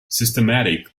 systematic